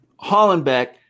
Hollenbeck